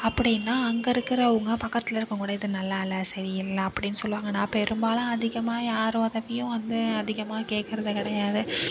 அப்படின்னா அங்கே இருக்கிறவுங்க பக்கத்தில் இருக்கிறவங்களுடையது நல்லாயில்ல சரியில்லை அப்படின்னு சொல்லுவாங்க நான் பெரும்பாலும் அதிகமாக யார் உதவியும் வந்து அதிகமாக கேட்கறது கிடையாது